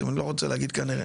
טוב אני לא רוצה להגיד "כנראה",